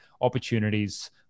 opportunities